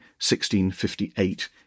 1658